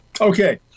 Okay